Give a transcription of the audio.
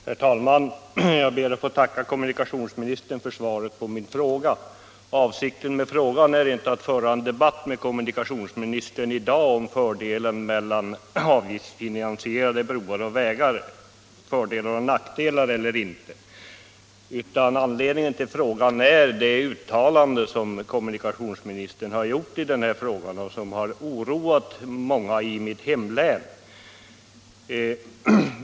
Herr talman! Jag ber att få tacka kommunikationsministern för svaret på min fråga. Avsikten med frågan har inte varit att i dag föra en debatt med kommunikationsministern om fördelar och nackdelar med avgiftsfinansierade broar och vägar, utan anledningen till frågan är det uttalande som kommunikationsministern har gjort i den här frågan, vilket har oroat många i mitt hemlän.